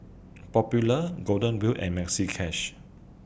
Popular Golden Wheel and Maxi Cash